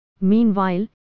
Meanwhile